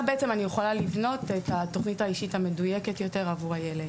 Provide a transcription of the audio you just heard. בעצם אני יכולה לבנות את התוכנית האישית המדויקת ביותר עבור הילד.